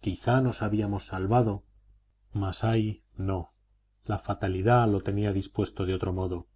quizá nos habíamos salvado mas ay no la fatalidad lo tenía dispuesto de otro modo